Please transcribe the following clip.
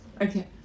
Okay